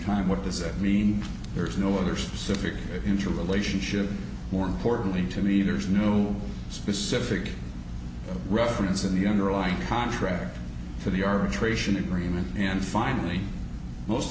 time what does that mean there is no other specific into relationship more importantly to me there's no specific reference in the underlying contract for the arbitration agreement and finally most